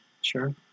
Sure